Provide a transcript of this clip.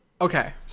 okay